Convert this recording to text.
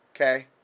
Okay